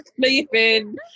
sleeping